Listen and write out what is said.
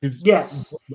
Yes